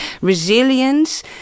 resilience